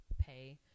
pay